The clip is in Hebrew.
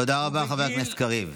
תודה רבה, חבר הכנסת קריב.